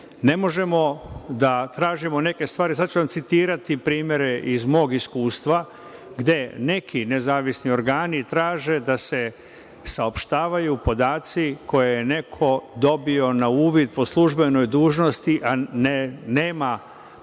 ne možemo da tražimo neke stvari. Sad ću vam citirati primere iz mog iskustva gde neki nezavisni organi traže da se saopštavaju podaci koje je neko dobio na uvid po službenoj dužnosti, a nema pravo